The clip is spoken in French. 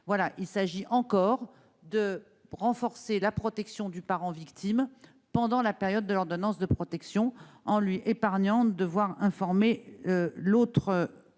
Il s'agit encore de renforcer la protection du parent victime pendant la période de l'ordonnance de protection, en lui évitant de devoir informer l'autre parent